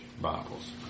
Bibles